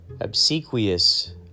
obsequious